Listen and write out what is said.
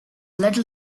little